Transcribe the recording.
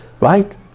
right